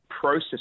process